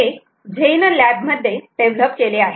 हे Zen lab मध्ये develop केले आहे